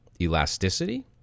elasticity